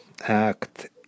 act